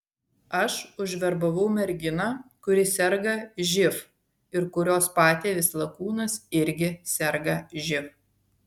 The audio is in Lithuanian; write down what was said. aš užverbavau merginą kuri serga živ ir kurios patėvis lakūnas irgi serga živ